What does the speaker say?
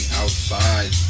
outside